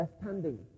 understanding